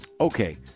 Okay